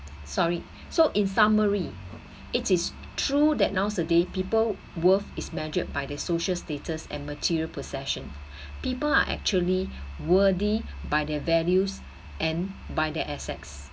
sorry so in summary it is true that nowadays people worth is measured by their social status and material possession people are actually worthy by their values and by their assets